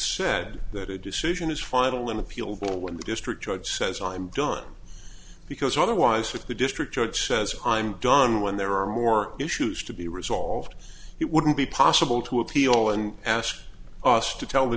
said that a decision is final when appeal when the district judge says i'm done because otherwise with the district judge says i'm done when there are more issues to be resolved it wouldn't be possible to appeal and ask us to tell the